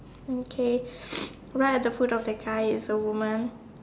okay right at the foot of the guy is a woman